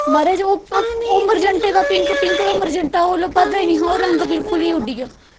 मारज ओह् मरजैंटे दा पिंक पिंक दा मरजैंटा ओह् लब्भा दा गै नेईं हा ओह् रंग बिल्कुल गै उड्डिया